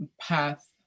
path